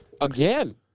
Again